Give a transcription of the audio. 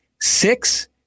Six